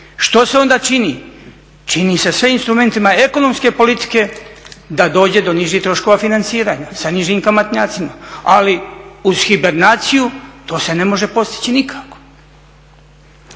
Što se onda čini, čini se sve instrumentima ekonomske politike da dođe do nižih troškova financiranja, sa nižim kamatnjacima. Ali uz hibernaciju to se ne može postići nikako.